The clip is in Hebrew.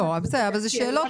בסדר, זה שאלות.